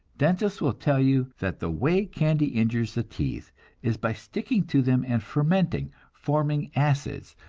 dentists will tell you that the way candy injures the teeth is by sticking to them and fermenting, forming acids,